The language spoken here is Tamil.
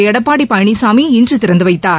எடப்பாடி பழனிசாமி இன்று திறந்து வைத்தார்